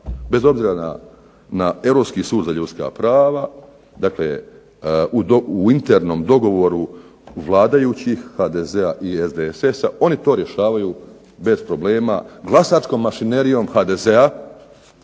bez obzira na Europski sud za ljudska prava u internom dogovoru vladajućih HDZ-a i SDSS-a oni to rješavaju bez problema, glasačkom mašinerijom HDZ-a